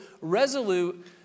resolute